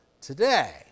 today